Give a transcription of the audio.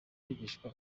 kwigishwa